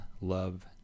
love